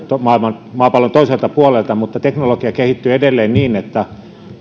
maapallon toiselta puolelta mutta teknologia kehittyy edelleen niin että